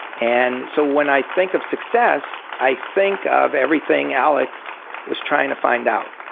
and so when i think of success, i think of everything alex was trying to find out.